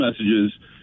messages